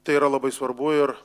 tai yra labai svarbu ir